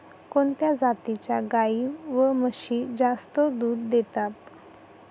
कोणत्या जातीच्या गाई व म्हशी जास्त दूध देतात?